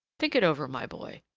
think it over, my boy.